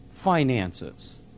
finances